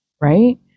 right